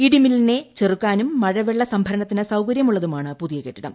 ഇടിമിന്നലിനെ ചെറുക്കാനും മഴവെള്ള സംഭരണത്തിന് സൌകര്യമുള്ളതുമാണ് പുതിയ കെട്ടിടം